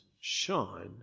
shine